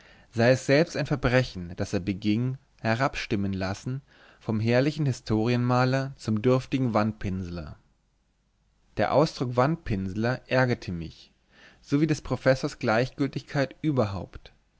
sei es selbst ein verbrechen das er beging herabstimmen lassen vom herrlichen historienmaler zum dürftigen wandpinsler der ausdruck wandpinsler ärgerte mich so wie des professors gleichgültigkeit überhaupt